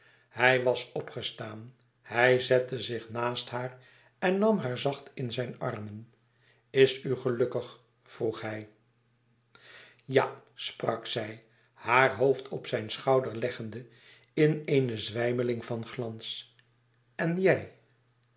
hij was opgestaan hij zette zich naast haar en nam haar zacht in zijn armen is u gelukkig vroeg hij ja sprak zij haar hoofd op zijn schouder leggende in eene zwijmeling van glans en jij